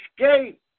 Escape